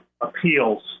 appeals